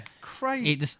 crazy